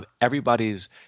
everybody's